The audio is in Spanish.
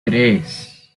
tres